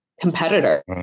competitor